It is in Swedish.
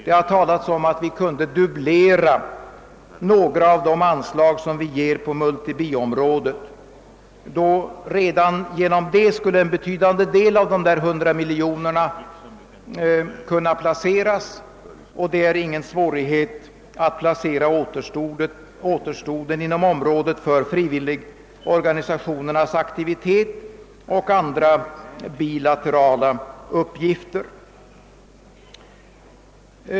Det har talats om att vi kunde dubblera några av de anslag vi ger på multi-bi-området. Redan därigenom skulle en betydande del av de 100 miljonerna kunna placeras, och det är ingen svårighet att placera återstoden inom området för frivilligorganisationernas aktivitet och andra bilaterala uppgifter.